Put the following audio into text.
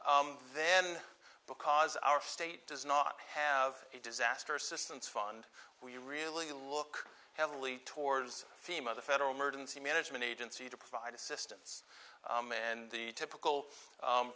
on then because our state does not have a disaster assistance fund we really look heavily towards theme of the federal emergency management agency to provide assistance and the typical